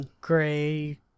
Gray